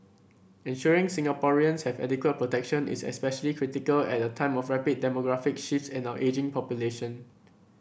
ensuring Singaporeans have adequate protection is especially critical at a time of rapid demographic shifts and our ageing population